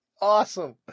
awesome